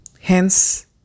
Hence